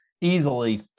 easily